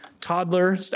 Toddler